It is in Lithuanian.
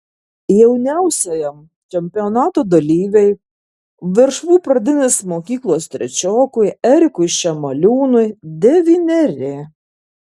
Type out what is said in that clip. jauniausiajam čempionato dalyviui veršvų pradinės mokyklos trečiokui erikui šemaliūnui devyneri